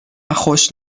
خوش